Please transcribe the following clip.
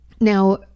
Now